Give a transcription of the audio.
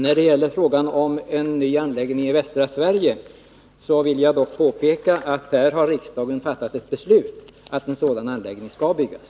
När det gäller frågan om en ny anläggning i västra Sverige kan jag dock påpeka att riksdagen har fattat ett beslut om att en sådan anläggning skall byggas.